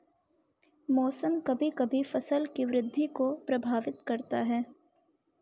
मौसम कभी कभी फसल की वृद्धि को प्रभावित करता है